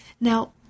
Now